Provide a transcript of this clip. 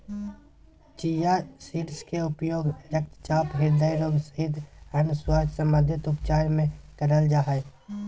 chia seeds के उपयोग रक्तचाप, हृदय रोग सहित अन्य स्वास्थ्य संबंधित उपचार मे करल जा हय